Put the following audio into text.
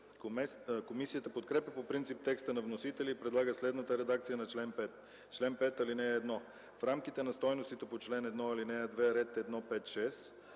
Комисията подкрепя по принцип текста на вносителя и предлага следната редакция на чл. 5: „Чл. 5. (1) В рамките на стойностите по чл. 1, ал. 2, ред 1.5.6: